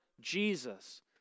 Jesus